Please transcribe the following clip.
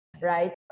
right